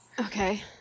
Okay